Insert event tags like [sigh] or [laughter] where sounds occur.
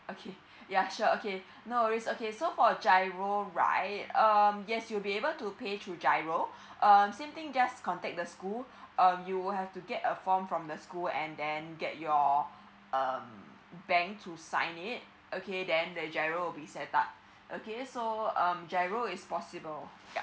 okay [breath] ya sure okay [breath] no worries okay so for a giro right um yes you'll be able to pay through giro [breath] um same thing just contact the school [breath] um you will have to get a form from the school and then get your [breath] um bank to sign it okay then the giro will be set up okay so um giro it's possible yup